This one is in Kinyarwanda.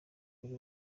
buri